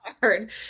hard